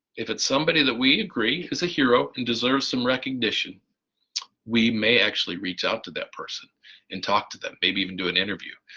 if it's somebody that we agree is a hero and deserves some recognition we may actually reach out to that person and talk to them, maybe even do an interview,